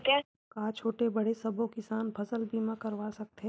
का छोटे बड़े सबो किसान फसल बीमा करवा सकथे?